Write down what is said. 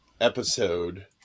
episode